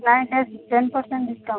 ten percent discount